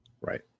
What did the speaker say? Right